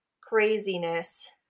craziness